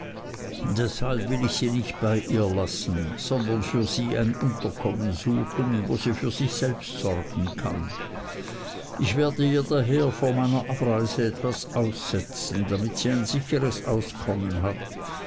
deshalb will ich sie nicht bei ihr lassen sondern für sie ein unterkommen suchen wo sie für sich selbst sorgen kann ich werde ihr daher vor meiner abreise etwas aussetzen damit sie ein sicheres auskommen hat